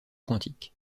quantique